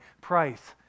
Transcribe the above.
price